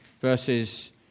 verses